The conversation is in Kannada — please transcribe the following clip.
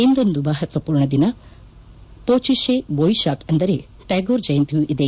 ಇನ್ನೊಂದು ಮಹತ್ತಪೂರ್ಣ ದಿನ ಪೋಚಿತೆ ಬೋಯಿಶಾಕ್ ಅಂದರೆ ಟ್ವಾಗೋರ್ ಜಯಂತಿಯೂ ಇದೆ